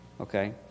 okay